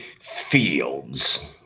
Fields